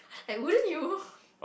I wouldn't you